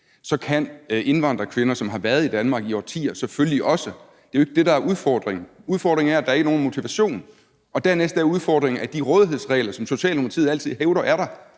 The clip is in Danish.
Så kan indvandrerkvinder, som har været i Danmark i årtier, selvfølgelig også. Det er jo ikke det, der er udfordringen. Udfordringen er, at der ikke er nogen motivation. Og dernæst er udfordringen, at de rådighedsregler, som Socialdemokratiet altid hævder er der,